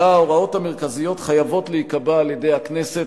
אלא ההוראות המרכזיות חייבות להיקבע על-ידי הכנסת,